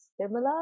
similar